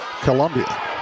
Columbia